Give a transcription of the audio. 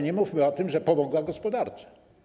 Nie mówmy o tym, że pomogła gospodarce.